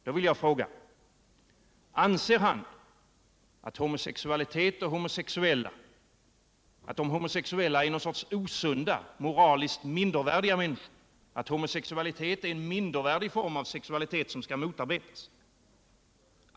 Då vill jag fråga: Anser han att de homosexuella är osunda, moraliskt mindervärdiga människor, att homosexualitet är en mindervärdig form av sexualitet som skall motarbetas?